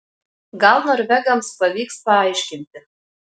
gal norvegams pavyks paaiškinti